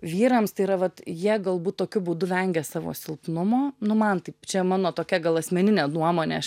vyrams tai yra vat jie galbūt tokiu būdu vengia savo silpnumo nu man taip čia mano tokia gal asmeninė nuomonė aš